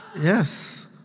Yes